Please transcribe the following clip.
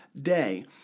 day